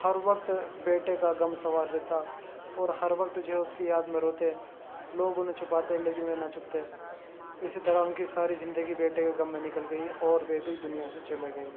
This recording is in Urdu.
ہر وقت بیٹے کا غم سوار رہتا اور ہر وقت جو ہے اس کی یاد میں روتے لوگ انہیں چپاتے لیکن وہ نہ چپتے اسی طرح ان کی ساری زندگی بیٹے کے غم میں نکل گئی اور وہ بھی دنیا سے چلے گئے